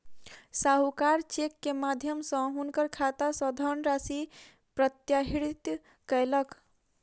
साहूकार चेक के माध्यम सॅ हुनकर खाता सॅ धनराशि प्रत्याहृत कयलक